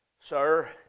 Sir